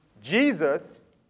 Jesus